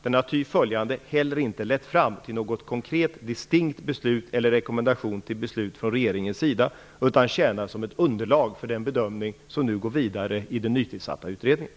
Den har ty följande heller inte lett fram till något konkret distinkt beslut eller rekommendation till beslut från regeringens sida utan tjänar som ett underlag för den bedömning som nu går vidare i den nytillsatta utredningen.